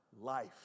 life